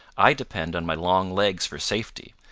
i depend on my long legs for safety,